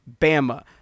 Bama